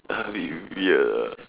a bit weird ah